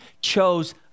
chose